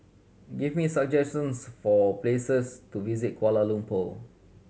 give me some suggestions for places to visit Kuala Lumpur